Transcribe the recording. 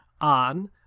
on